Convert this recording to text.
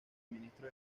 ministros